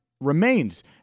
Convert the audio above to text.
remains